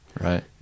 Right